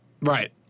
Right